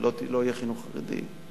לא יהיה חינוך חרדי?